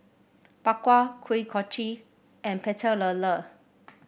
Bak Kwa Kuih Kochi and Pecel Lele